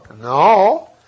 no